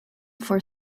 for